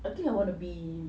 I think I wanna be